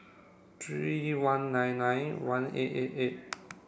three one nine nine one eight eight eight